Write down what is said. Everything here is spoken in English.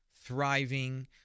thriving